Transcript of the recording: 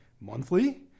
monthly